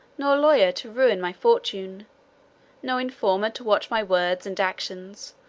nor lawyer to ruin my fortune no informer to watch my words and actions,